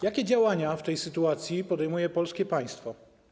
Jakie działania w tej sytuacji podejmie polskie państwo?